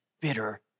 bitter